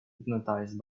hypnotized